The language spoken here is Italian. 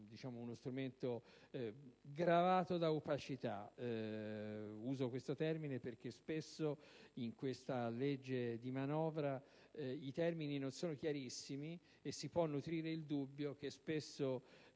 uno strumento gravato da opacità. Uso questo termine perché spesso, nella manovra, i termini non sono chiarissimi e si può nutrire il dubbio che espressioni